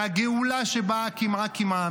מהגאולה שבאה קמעא-קמעא,